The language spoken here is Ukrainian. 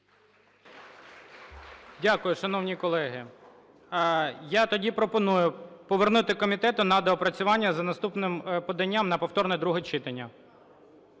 Дякую. Шановні колеги, я тоді пропоную повернути комітету на доопрацювання з наступним поданням на повторне друге читання.